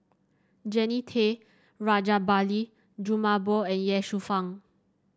Jannie Tay Rajabali Jumabhoy and Ye Shufang